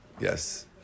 Yes